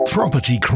Property